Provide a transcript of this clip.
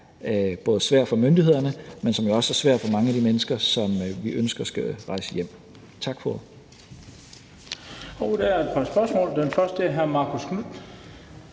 både svær for myndighederne, men som jo også er svær for mange af de mennesker, som vi ønsker skal rejse hjem. Tak for ordet. Kl. 14:27 Den fg. formand (Bent Bøgsted): Der er et